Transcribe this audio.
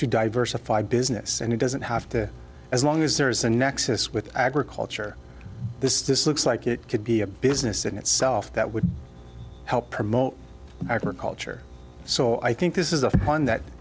to diversify business and it doesn't have to as long as there is a nexus with agriculture this is this looks like it could be a business in itself that would help promote agriculture so i think this is a fund that